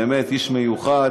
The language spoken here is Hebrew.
באמת איש מיוחד,